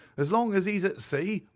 as long as he's at sea,